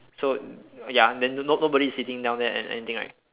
so ya then no~ no~ nobody is sitting down there or anything right